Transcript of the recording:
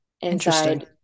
inside